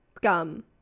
Gum